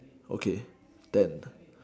okay ten